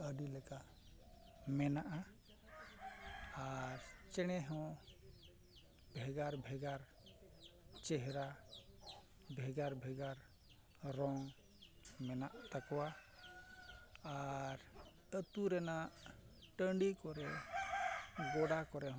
ᱟᱹᱰᱤ ᱞᱮᱠᱟ ᱢᱮᱱᱟᱜᱼᱟ ᱟᱨ ᱪᱮᱬᱮ ᱦᱚᱸ ᱵᱷᱮᱜᱟᱨ ᱵᱷᱮᱜᱟᱨ ᱪᱮᱦᱨᱟ ᱵᱷᱮᱜᱟᱨ ᱵᱷᱮᱜᱟᱨ ᱨᱚᱝ ᱢᱮᱱᱟᱜ ᱛᱟᱠᱚᱣᱟ ᱟᱨ ᱟᱛᱳ ᱨᱮᱱᱟᱜ ᱴᱟᱺᱰᱤ ᱠᱚᱨᱮ ᱜᱚᱰᱟ ᱠᱚᱨᱮ ᱦᱚᱸ